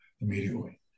immediately